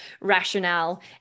rationale